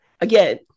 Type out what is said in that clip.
Again